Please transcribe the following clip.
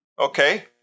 Okay